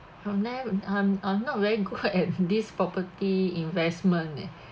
however I'm I'm not very good at this property investment eh